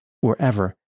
wherever